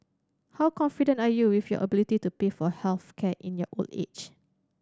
how confident are you with your ability to pay for health care in your old age